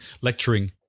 lecturing